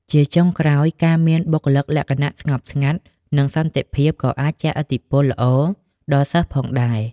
ជាចុងក្រោយ ការមាន បុគ្គលិកលក្ខណៈស្ងប់ស្ងាត់ និងសន្តិភាព ក៏អាចជះឥទ្ធិពលល្អដល់សិស្សផងដែរ។